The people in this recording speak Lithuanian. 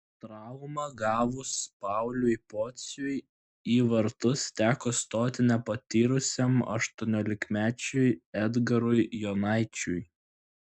traumą gavus pauliui pociui į vartus teko stoti nepatyrusiam aštuoniolikmečiui edgarui jonaičiui